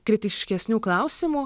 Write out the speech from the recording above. kritiškesnių klausimų